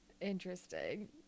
Interesting